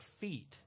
feet